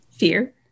Fear